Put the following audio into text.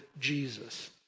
Jesus